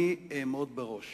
אני אעמוד בראש